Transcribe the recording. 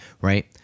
right